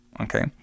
okay